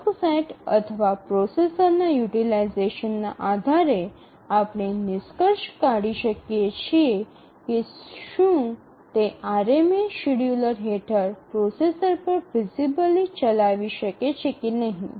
tasks set અથવા પ્રોસેસરના યુટીલાઈઝેશનના આધારે આપણે નિષ્કર્ષ કાઢી શકીએ છીએ કે શું તે આરએમએ શેડ્યૂલર હેઠળ પ્રોસેસર પર ફિઝિબલી ચલાવી શકે છે કે નહીં